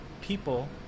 people